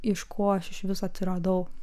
iš ko aš iš viso atsiradau